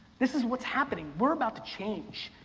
this is what's happening. we're about to change.